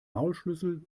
maulschlüssel